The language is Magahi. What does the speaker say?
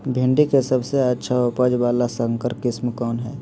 भिंडी के सबसे अच्छा उपज वाला संकर किस्म कौन है?